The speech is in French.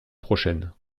prochaine